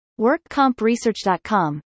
WorkCompResearch.com